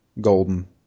Golden